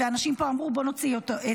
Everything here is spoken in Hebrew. ואנשים פה אמרו: בואו נוציא אותו,